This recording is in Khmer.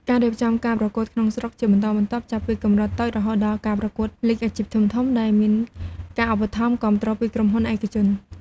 ការរៀបចំការប្រកួតក្នុងស្រុកជាបន្តបន្ទាប់ ចាប់ពីកម្រិតតូចរហូតដល់ការប្រកួតលីគអាជីពធំៗ ដែលមានការឧបត្ថម្ភគាំទ្រពីក្រុមហ៊ុនឯកជន។